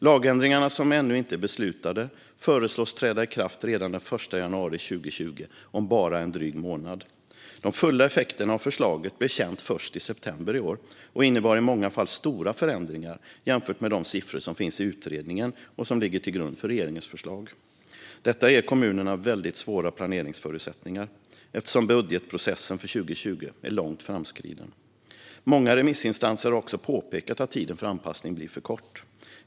Lagändringarna, som ännu inte är beslutade, föreslås träda i kraft redan den 1 januari 2020 - om bara en dryg månad. De fulla effekterna av förslaget blev kända först i september i år och innebar i många fall stora förändringar jämfört med de siffror som finns i den utredning som ligger till grund för regeringens förslag. Detta ger kommunerna svåra planeringsförutsättningar, eftersom budgetprocessen för 2020 är långt framskriden. Många remissinstanser har också påpekat att tiden för anpassning blir för kort.